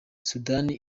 sudani